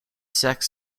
sex